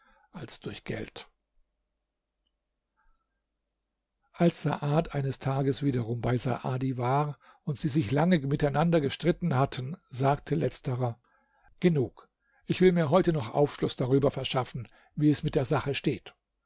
als durch geld als saad eines tages wiederum bei saadi war und sie sich lange miteinander gestritten hatten sagte letzterer genug ich will mir heute noch aufschluß darüber verschaffen wie es mit der sache steht